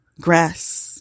grass